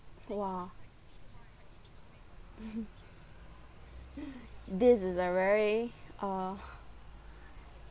!wah! this is a very uh